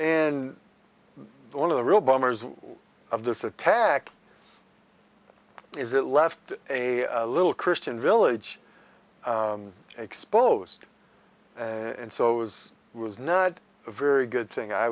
and one of the real bombers of this attack is it left a little christian village exposed and so it was it was not a very good thing i